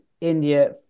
India